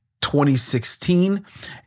2016